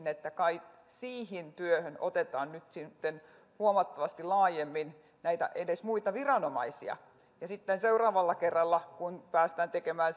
että kai siihen työhön sitten otetaan huomattavasti laajemmin edes näitä muita viranomaisia ja sitten seuraavalla kerralla kun päästään tekemään